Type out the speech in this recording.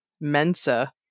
Mensa